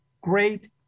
great